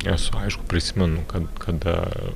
nes aišku prisimenu kad kada